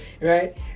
Right